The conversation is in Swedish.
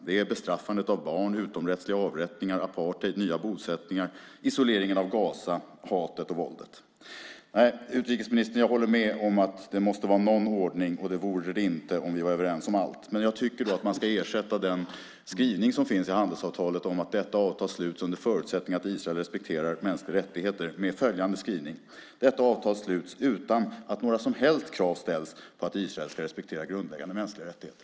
Det är bestraffandet av barn, utomrättsliga avrättningar, apartheid, nya bosättningar, isoleringen av Gaza, hatet och våldet. Jag håller med utrikesministern om att det måste vara någon ordning, och det vore det inte om vi var överens om allt. Men jag tycker i så fall att man ska ersätta den skrivning som finns i handelsavtalet om att detta avtal sluts under förutsättning att Israel respekterar mänskliga rättigheter med följande skrivning: Detta avtal sluts utan att några som helst krav ställs på att Israel ska respektera grundläggande mänskliga rättigheter.